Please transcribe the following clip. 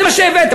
זה מה שהבאתם.